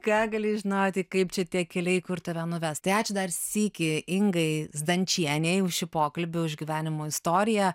ką gali žinoti kaip čia tie keliai kur tave nuves tai ačiū dar sykį ingai zdančienei už šį pokalbį už gyvenimo istoriją